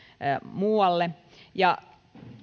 muualle ja